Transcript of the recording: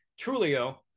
Trulio